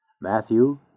Matthew